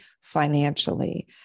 financially